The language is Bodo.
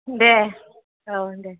दे औ दे